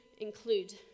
include